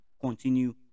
continue